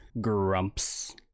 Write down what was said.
Grumps